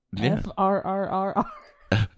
F-R-R-R-R